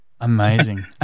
Amazing